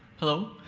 hello.